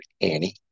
Annie